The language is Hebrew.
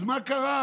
אז מה קרה?